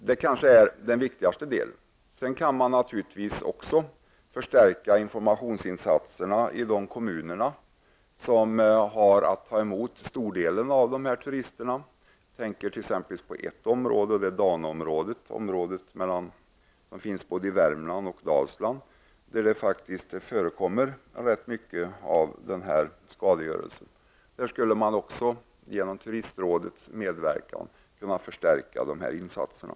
Det är kanske den viktigaste informationsinsatsen. Informationsinsatserna kan också förstärkas i de kommuner som tar emot många turister. Jag tänker exempelvis på Danoområdet, som går genom både Värmland och Dalsland. Där förekommer faktiskt en ganska omfattande skadegörelse. Även där skulle informationsinsatserna kunna förstärkas genom turistrådets medverkan.